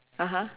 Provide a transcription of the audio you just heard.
(uh huh)